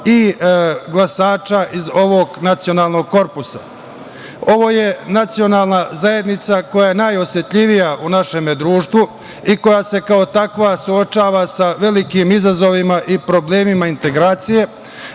i glasača iz ovog nacionalnog korpusa. Ovo je nacionalna zajednica koja je najosetljivija u našem društvu i koja se kao takva suočava sa velikim izazovima i problemima integracije.